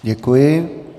Děkuji.